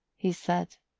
he said,